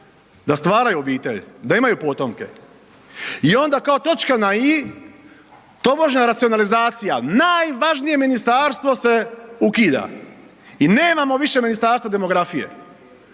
da stvaraju obitelj, da imaju potomke. I onda kao točka na i tobožnja racionalizacija, najvažnije ministarstvo se ukida i nemamo više Ministarstvo demografije.